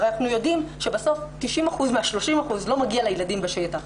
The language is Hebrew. הרי אנחנו יודעים שבסוף 90% מה-30% לא מגיע לילדים בשטח,